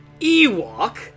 Ewok